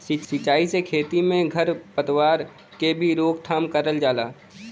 सिंचाई से खेती में खर पतवार क भी रोकथाम करल जाला